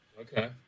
Okay